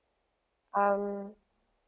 um